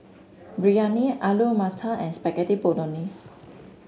Biryani Alu Matar and Spaghetti Bolognese